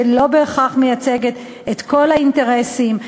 שלא בהכרח מייצגת את כל האינטרסים,